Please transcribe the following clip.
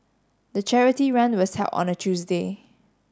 the charity run was held on a Tuesday